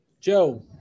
Joe